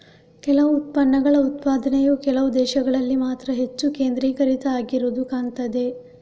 ಕೆಲವು ಉತ್ಪನ್ನಗಳ ಉತ್ಪಾದನೆಯು ಕೆಲವು ದೇಶಗಳಲ್ಲಿ ಮಾತ್ರ ಹೆಚ್ಚು ಕೇಂದ್ರೀಕೃತ ಆಗಿರುದು ಕಾಣ್ತದೆ